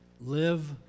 live